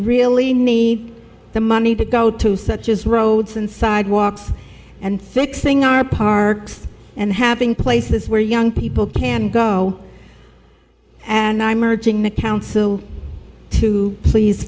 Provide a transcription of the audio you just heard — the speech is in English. really need the money to go to such as roads and sidewalks and fixing our parks and having places where young people can go and i'm urging the council to please